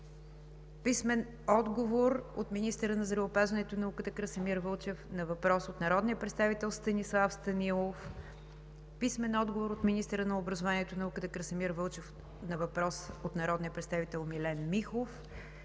Александров; - министъра на образованието и науката Красимир Вълчев на въпрос от народния представител Станислав Станилов; - министъра на образованието и науката Красимир Вълчев на въпрос от народния представител Милен Михов;